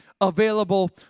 available